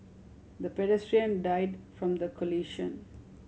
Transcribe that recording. the pedestrian died from the collision